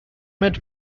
met